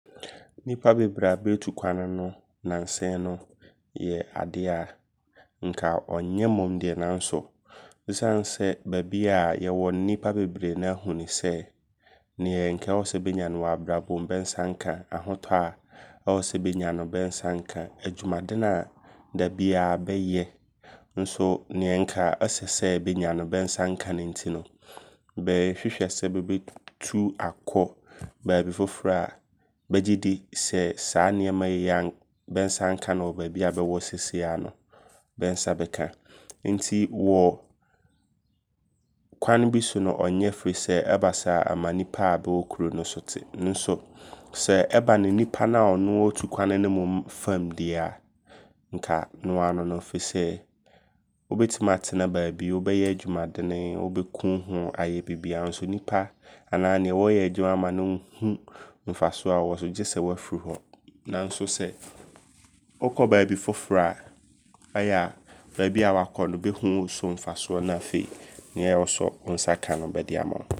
Nnipa bebree a bɛtu kwane no nansa yi no yɛ adeɛ nka ɔnyɛ mmom deɛ. Nanso ɛsiane sɛ baabi a yɛwɔ nnipa bebree noaa hu no sɛ, neɛ nka ɛwɔ sɛ nka bɛnya ne wɔ abrabɔm bɛ nsa nka. Ahototɔ a ɛwɔ sɛ bɛnya no bɛ nsa nka. Adwumadene a da biaa bɛyɛ nso nea nka ɛsɛ sɛ bɛnya no bɛ nsa nka no nti no. Bɛɛhwehwɛ sɛ bɛ bɛtu atu akɔ baabi foforɔ a bɛgye di sɛ saa nneɛma yi a bɛ nsa nka no baabi bɛwɔ seesei aa no bɛ nsa bɛka. Nti wɔ kwane bi so ɔnyɛ. Firi sɛ ɔba saa ɔma nnipa a bɛwɔ kuro no so te. Nso sɛ ɛba no nnipa no a ɔno ɔɔtu kwane mmom fam dea nka noaa no no. Firi sɛɛ, wobɛtimi atena baabi wobɛyɛ adwumadene. Wobɛku wo ho ayɛ bibiaa. Nso nnipa anaa neɛ wɔɔyɛ adwuma ama no nhu mfasoɔ ɛwɔ so gye sɛ wafiri hɔ. Nanso sɛ wokɔ baabi foforɔ a ayɛ a baabi wakɔ no ayɛ a bɛhu wo so mfasoɔ. Na afei neɛ ɛwɔ sɛ wo nsa ka no bɛde ama wo.